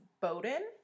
Bowden